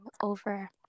over